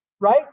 right